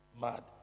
mad